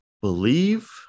believe